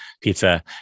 pizza